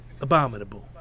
abominable